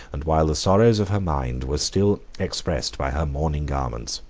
and while the sorrows of her mind were still expressed by her mourning garments.